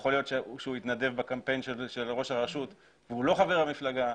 יכול להיות שהוא התנדב בקמפיין של ראש הרשות והוא לא חבר המפלגה,